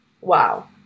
Wow